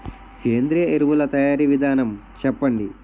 సేంద్రీయ ఎరువుల తయారీ విధానం చెప్పండి?